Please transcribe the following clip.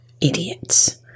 Idiots